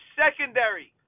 secondary